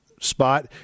Spot